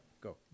Go